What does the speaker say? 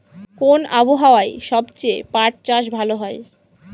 কোন আবহাওয়ায় সবচেয়ে পাট চাষ ভালো হয়?